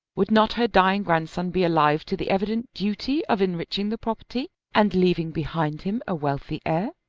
would not her dying grandson be alive to the evident duty of enriching the property and leaving behind him a wealthy heir?